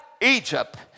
Egypt